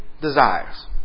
desires